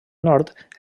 nord